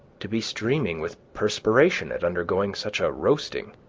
to be streaming with perspiration at undergoing such a roasting.